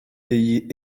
pays